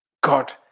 God